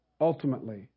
ultimately